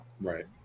Right